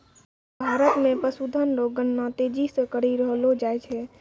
भारत मे पशुधन रो गणना तेजी से करी रहलो जाय छै